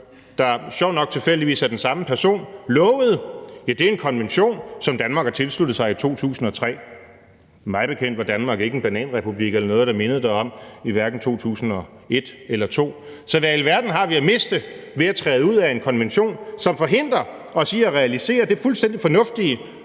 der sjovt nok tilfældigvis er den samme person, lovede, er en konvention, som Danmark har tilsluttet sig i 2003. Mig bekendt var Danmark ikke en bananrepublik eller noget, der mindede derom, i hverken 2001 eller 2002. Så hvad i alverden har vi at miste ved at træde ud af en konvention, som forhindrer os i at realisere det fuldstændig fornuftige, nemlig